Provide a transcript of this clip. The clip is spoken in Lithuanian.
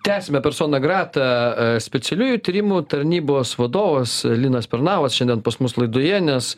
tęsiame personą gratą specialiųjų tyrimų tarnybos vadovas linas pernavas šiandien pas mus laidoje nes